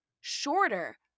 shorter